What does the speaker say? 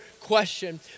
question